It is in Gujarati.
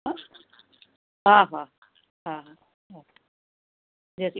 હા હા હા